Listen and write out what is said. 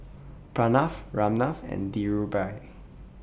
Pranav Ramnath and Dhirubhai